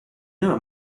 know